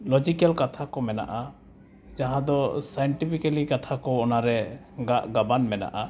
logical ᱠᱟᱛᱷᱟᱠᱚ ᱢᱮᱱᱟᱜᱼᱟ ᱡᱟᱦᱟᱸ ᱫᱚ ᱥᱟᱭᱮᱱᱴᱤᱯᱷᱤᱠᱮᱞᱤ ᱠᱟᱛᱷᱟᱠᱚ ᱚᱱᱟᱨᱮ ᱜᱟᱜᱼᱜᱟᱵᱟᱱ ᱢᱮᱱᱟᱜᱼᱟ